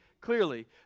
clearly